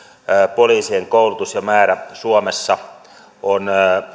poliisien koulutus ja määrä suomessa on